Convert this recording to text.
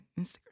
instagram